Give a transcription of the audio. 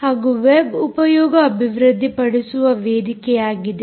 ಹಾಗೂ ವೆಬ್ ಉಪಯೋಗ ಅಭಿವೃದ್ದಿಪಡಿಸುವ ವೇದಿಕೆಯಾಗಿದೆ